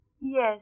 Yes